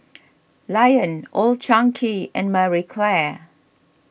Lion Old Chang Kee and Marie Claire